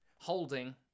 holding